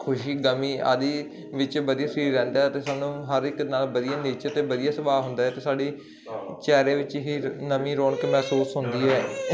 ਖੁਸ਼ੀ ਗਮੀ ਆਦਿ ਵਿੱਚ ਵਧੀਆ ਸਰੀਰ ਰਹਿੰਦਾ ਅਤੇ ਸਾਨੂੰ ਹਰ ਇੱਕ ਨਾਲ ਵਧੀਆ ਨੇਚਰ ਅਤੇ ਵਧੀਆ ਸੁਭਾਅ ਹੁੰਦਾ ਅਤੇ ਸਾਡੀ ਚਿਹਰੇ ਵਿੱਚ ਹੀ ਨਵੀਂ ਰੌਣਕ ਮਹਿਸੂਸ ਹੁੰਦੀ ਹੈ